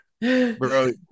Bro